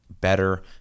better